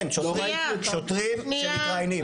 כן, שוטרים שמתראיינים.